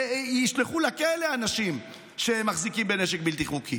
שיישלחו לכלא אנשים שמחזיקים בנשק בלתי חוקי